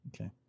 Okay